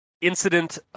incident